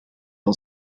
wel